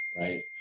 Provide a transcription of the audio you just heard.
right